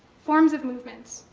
forms of movements,